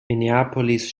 minneapolis